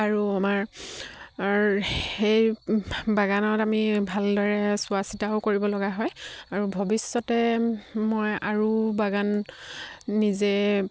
আৰু আমাৰ সেই বাগানত আমি ভালদৰে চোৱা চিতাও কৰিব লগা হয় আৰু ভৱিষ্যতে মই আৰু বাগান নিজে